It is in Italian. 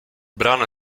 brano